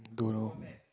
don't know